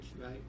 right